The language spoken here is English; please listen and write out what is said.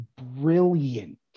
brilliant